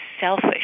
selfish